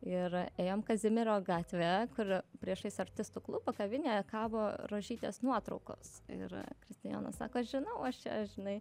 ir ėjom kazimiero gatve kur priešais artistų klubą kavinėje kabo rožytės nuotraukos ir kristijonas sako žinau aš čia žinai